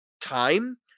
time